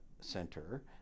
Center